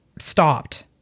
stopped